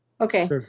Okay